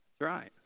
right